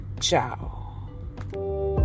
Ciao